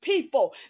people